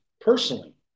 Personally